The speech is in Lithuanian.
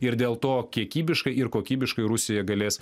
ir dėl to kiekybiškai ir kokybiškai rusija galės